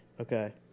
Okay